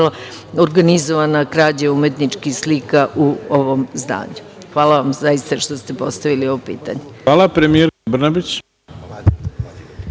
organizovana krađa umetničkih slika u ovom zdanju. Hvala vam zaista što ste postavili ovo pitanje. **Ivica Dačić**